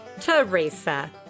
Teresa